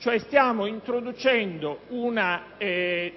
Stiamo introducendo una